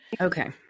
Okay